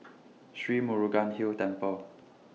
Sri Murugan Hill Temple